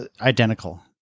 identical